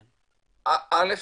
א',